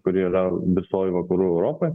kuri yra visoj vakarų europoj